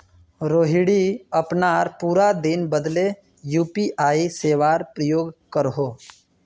रोहिणी अपनार पूरा पिन बदले यू.पी.आई सेवार प्रयोग करोह